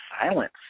silence